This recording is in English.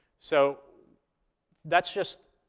so that's just